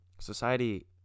society